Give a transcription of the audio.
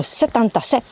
77